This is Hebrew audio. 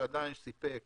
שעדיין סיפק